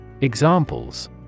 Examples